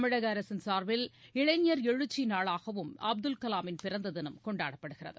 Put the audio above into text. தமிழக அரசின் சார்பில் இளைஞர் எழுச்சி நாளாகவும் அப்துல் கலாமின் பிறந்த தினம் கொண்டாடப்படுகிறது